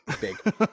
Big